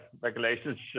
regulations